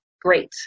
great